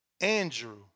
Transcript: Andrew